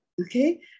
okay